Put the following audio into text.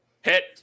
Hit